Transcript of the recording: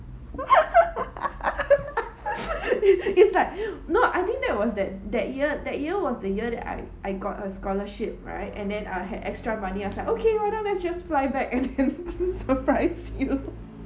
it's like no I think that was that that year that year was the year that I I got a scholarship right and then I will have extra money I was like okay why don't I just fly back and then surprise you